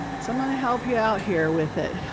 so i'm gonna help you out here with it.